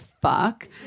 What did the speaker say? fuck